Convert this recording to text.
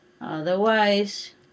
Otherwise